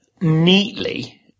neatly